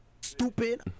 Stupid